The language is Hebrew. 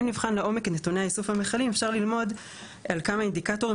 אם נבחן לעומק את נתוני איסוף המכלים אפשר ללמוד על כמה אינדיקטורים